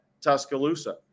Tuscaloosa